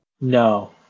No